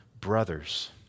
brothers